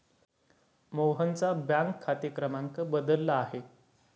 मोहनचा बँक खाते क्रमांक बदलला आहे